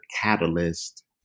catalyst